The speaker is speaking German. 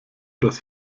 das